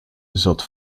zat